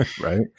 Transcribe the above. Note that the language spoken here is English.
right